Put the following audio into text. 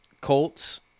Colts